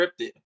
scripted